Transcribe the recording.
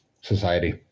society